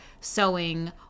sewing